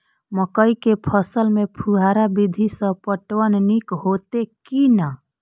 मकई के फसल में फुहारा विधि स पटवन नीक हेतै की नै?